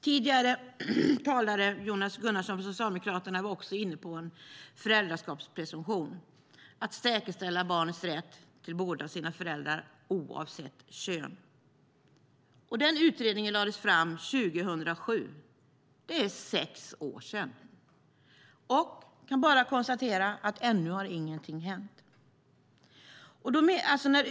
Tidigare talare, Jonas Gunnarsson från Socialdemokraterna, var också inne på en föräldraskapspresumtion - att säkerställa barnets rätt till båda sina föräldrar oavsett kön. Utredningen lades fram 2007. Det är sex år sedan. Jag kan bara konstatera att ännu har ingenting hänt.